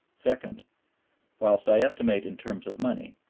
second whilst i estimate in terms of money,